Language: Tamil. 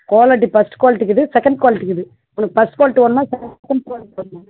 குவாலிட்டி ஃபர்ஸ்ட் குவாலிட்டி இருக்குது செகண்ட் குவாலிட்டி இருக்குது உனக்கு ஃபர்ஸ்ட் குவாலிட்டி வேணுமா செகண்ட் குவாலிட்டி வேணுமா